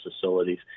facilities